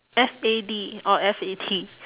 F A D or F A T